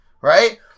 right